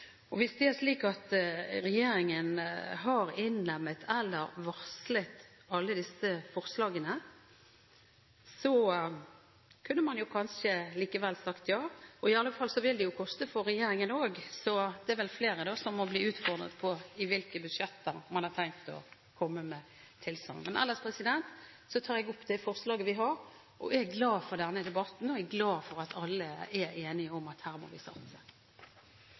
Hvis det er slik at regjeringen har innlemmet eller varslet alle disse forslagene, kunne man kanskje likevel sagt ja. I alle fall vil det koste for regjeringen også. Så det er vel flere som må bli utfordret på i hvilke budsjetter man har tenkt å komme med tilsagn. Ellers tar jeg opp det forslaget Kristelig Folkeparti har. Jeg er glad for denne debatten, og jeg er glad for at alle er enige om at her må vi satse.